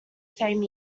same